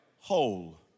whole